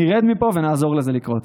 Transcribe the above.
נרד מפה ונעזור לזה לקרות.